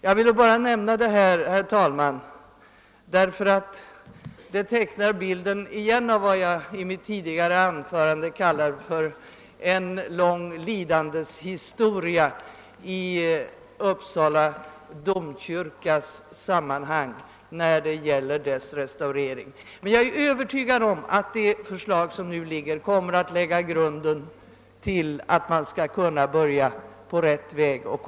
Jag vill bara nämna detta, herr talman, därför att det tecknar bilden av vad jag i mitt tidigare anförande kallade för en lång lidandes historia i fråga om Uppsala domkyrkas restaurering. Men jag är övertygad om att det förslag som nu föreligger kommer att lägga grunden till att man skall kunna börja på rätt väg.